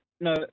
no